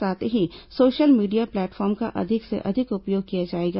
साथ ही social media platform का अधिक से अधिक उपयोग किया जाएगा